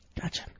Gotcha